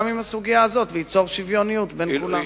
עם הסוגיה הזאת וייצור שוויוניות בין כולם.